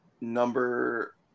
Number